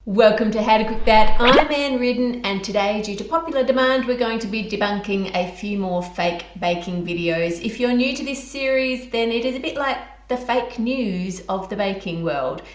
welcome to how to cook that um i'm ann reardon and today due to popular demand we're going to be debunking a few more fake baking videos. if you're new to this series then it is a bit like the fake news of the baking world.